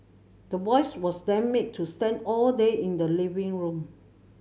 the boys was then made to stand all day in the living room